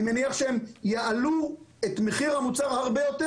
אני מניח שהן יעלו את מחיר המוצר הרבה יותר